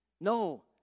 No